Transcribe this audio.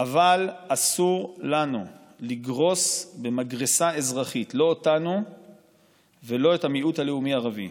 אבל אסור לנו לגרוס במגרסה אזרחית לא אותנו ולא את המיעוט הלאומי הערבי.